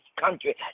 country